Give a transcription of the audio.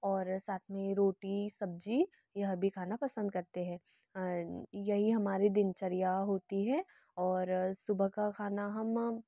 और साथ में रोटी सब्ज़ी यह भी खाना पसंद करते हैं यही हमारे दिनचर्या होती है और सुबह का खाना हम